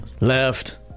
Left